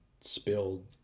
spilled